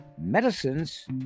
medicines